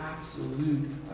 absolute